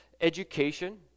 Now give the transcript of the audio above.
education